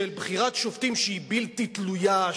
של בחירת שופטים שהיא בלתי תלויה,